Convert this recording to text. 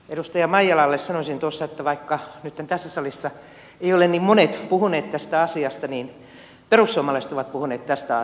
edustaja maijalalle sanoisin tuossa että vaikka nyt tässä salissa eivät ole niin monet puhuneet tästä asiasta niin perussuomalaiset ovat puhuneet tästä asiasta jo pitkään